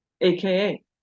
aka